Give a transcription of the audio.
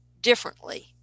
differently